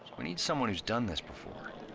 we need someone who's done this before.